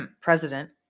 president